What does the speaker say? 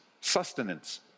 sustenance